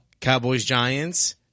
Cowboys-Giants